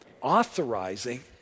authorizing